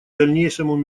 дальнейшему